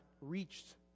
reached